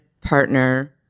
partner